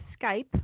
Skype